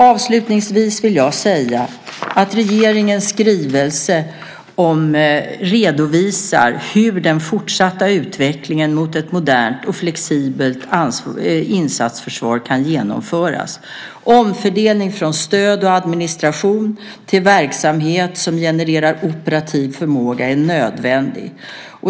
Avslutningsvis vill jag säga att regeringens skrivelse redovisar hur den fortsatta utvecklingen mot ett modernt och flexibelt insatsförsvar kan genomföras. Omfördelning från stöd och administration till verksamhet som genererar operativ förmåga är nödvändig.